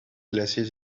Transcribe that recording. glasses